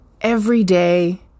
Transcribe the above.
everyday